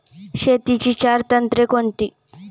शेतीची चार तंत्रे कोणती?